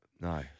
no